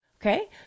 Okay